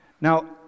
Now